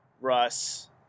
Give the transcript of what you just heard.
Russ